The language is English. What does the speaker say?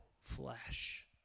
flesh